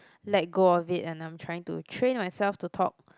let go of it and I'm trying to train myself to talk